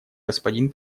господин